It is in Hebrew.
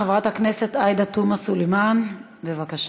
חברת הכנסת עאידה תומא סלימאן, בבקשה.